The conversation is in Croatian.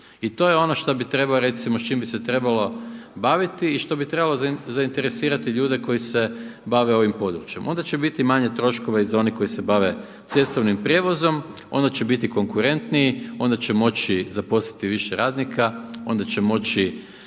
I to je ono šta bi trebalo, s čime bi se trebalo baviti i što bi trebalo zainteresirati ljude koji se bave ovim područjem. Onda će biti i manje troškova i za one koji se bave cestovnim prijevozom, onda će biti konkurentniji, onda će moći zaposliti više radnika, onda će moći